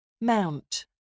Mount